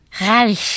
Reich